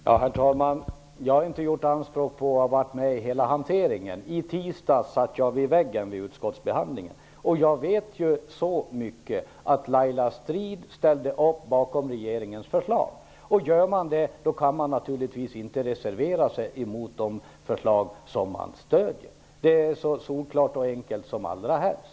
Herr talman! Jag har inte gjort anspråk på att ha varit med i hela hanteringen. I tisdags satt jag vid väggen under utskottsbehandlingen, och jag vet ju så mycket att Laila Strid-Jansson ställde upp bakom regeringens förslag. Gör man det kan man naturligtvis inte reservera sig emot de förslag som man stöder. Det är så solklart och enkelt som allra helst.